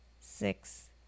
six